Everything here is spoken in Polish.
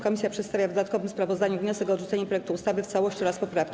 Komisja przedstawia w dodatkowym sprawozdaniu wniosek o odrzucenie projektu ustawy w całości oraz poprawki.